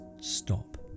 stop